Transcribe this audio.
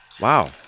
Wow